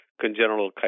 congenital